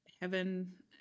heaven